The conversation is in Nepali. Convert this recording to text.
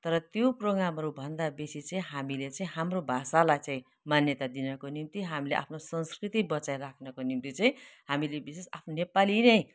तर त्यो प्रोग्रामहरूभन्दा बेसी चाहिँ हामीले चाहिँ हाम्रो भाषालाई चाहिँ मान्यता दिनको निम्ति हामीले आफ्नो संस्कृति बचाइराख्नको निम्ति चाहिँ हामीले विशेष आफ्नो नेपाली नै